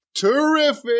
terrific